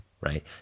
right